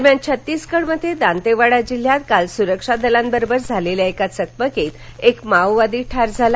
दरम्यान छत्तीसगडमध्ये दांतेवाडा जिल्ह्यात काल सुरक्षा दलांबरोबर झालेल्या चकमकीत एक माओवादी ठार झाला